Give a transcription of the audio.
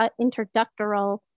introductory